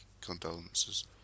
condolences